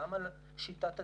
גם על שיטת הדיגום.